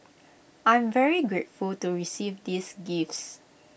I'm very grateful to receive these gifts